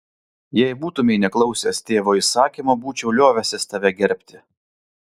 jei būtumei neklausęs tėvo įsakymo būčiau liovęsis tave gerbti